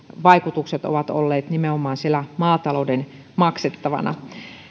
vaikutukset ovat olleet nimenomaan maatalouden maksettavana